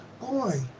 boy